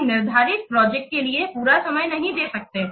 हम निर्धारित प्रोजेक्ट के लिए पूरा समय नहीं दे सकते